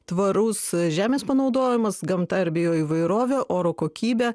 tvarus žemės panaudojimas gamta ir bioįvairovė oro kokybė